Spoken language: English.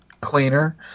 cleaner